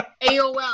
AOL